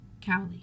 Cowley